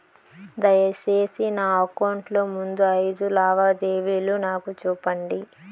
దయసేసి నా అకౌంట్ లో ముందు అయిదు లావాదేవీలు నాకు చూపండి